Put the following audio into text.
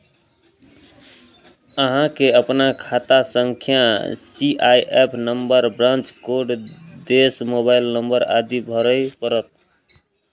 अहां कें अपन खाता संख्या, सी.आई.एफ नंबर, ब्रांच कोड, देश, मोबाइल नंबर आदि भरय पड़त